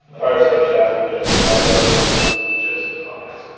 fireside chat with jessica alba. this is just a podcast